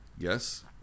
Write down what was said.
Yes